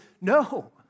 no